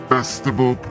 Festival